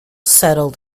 settled